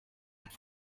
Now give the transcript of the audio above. hat